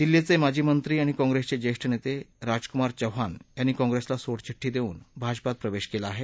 दिल्लीचे माजी मंत्री आणि काँग्रेसचे ज्येष्ठ नेते राजकुमार चौहान यांनी काँग्रेसला सोडचिड्डी देऊन भाजपात प्रवेश केला आहे